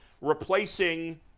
replacing